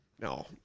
No